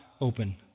open